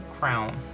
crown